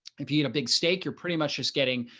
if you had a big steak, you're pretty much just getting,